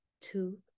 two